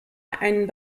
einen